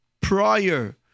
prior